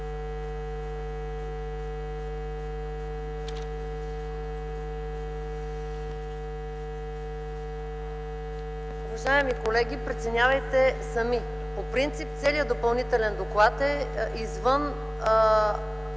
Уважаеми колеги, преценявайте сами. По принцип целият Допълнителен доклад е извън